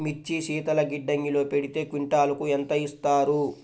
మిర్చి శీతల గిడ్డంగిలో పెడితే క్వింటాలుకు ఎంత ఇస్తారు?